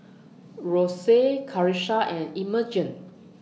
Rosey Karissa and Imogene